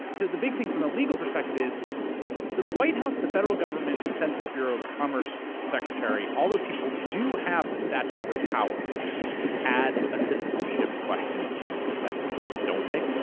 the big thing from a legal perspective is the white house, the federal government, the census bureau, the commerce secretary. all those people do have the statutory power to add a citizenship question to the census, don't they?